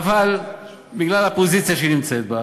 אבל הוא עלה להסביר.